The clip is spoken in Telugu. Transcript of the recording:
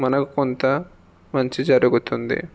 మనకు కొంత మంచి జరుగుతుంది